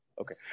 Okay